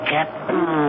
Captain